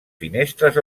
finestres